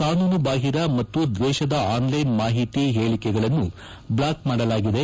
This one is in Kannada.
ಕಾನೂನುಬಾಹಿರ ಮತ್ತು ದ್ವೇಷದ ಆನ್ಲೈನ್ ಮಾಹಿತಿ ಪೇಳಕೆಗಳನ್ನು ಬ್ಲಾಕ್ ಮಾಡಲಾಗಿದೆ